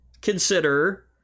consider